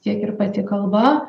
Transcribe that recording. tiek ir pati kalba